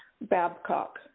Babcock